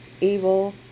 evil